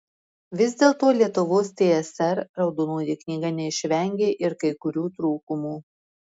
vis dėlto lietuvos tsr raudonoji knyga neišvengė ir kai kurių trūkumų